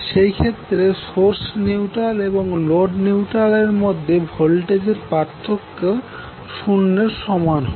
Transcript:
সেই ক্ষেত্রে source neutral এবং লোড নিউট্রালের মধ্যে ভোল্টেজের পার্থক্য শূন্যের সমান হবে